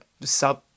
sub